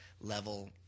level